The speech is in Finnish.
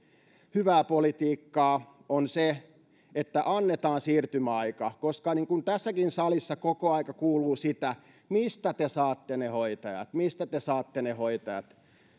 hyvää politiikkaa on se että annetaan siirtymäaika koska niin kuin tässäkin salissa koko aika kuuluu sitä että mistä te saatte ne hoitajat mistä te saatte ne hoitajat niin